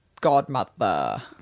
godmother